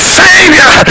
savior